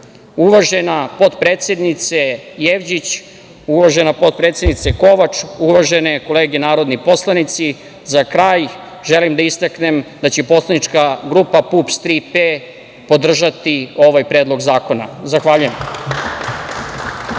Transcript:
potpredsednice Jevđić, uvažena potpredsednice Kovač, uvažene kolege narodni poslanici, za kraj želim da istaknem da će poslanička grupa PUPS – „Tri P“ podržati ovaj predlog zakona. Zahvaljujem.